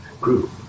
group